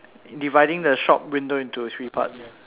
dividing the shop window into three parts